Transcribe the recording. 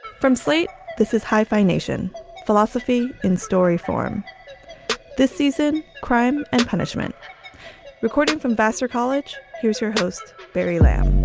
from slate this is hyphenation philosophy in story form this season. crime and punishment recording from vassar college here's your host, barry lamb,